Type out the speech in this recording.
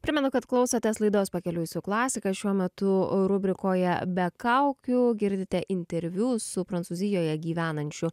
primenu kad klausotės laidos pakeliui su klasika šiuo metu rubrikoje be kaukių girdite interviu su prancūzijoje gyvenančiu